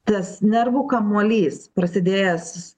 tas nervų kamuolys prasidėjęs